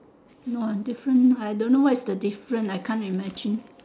no different I don't know what is the different I can't imagine